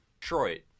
Detroit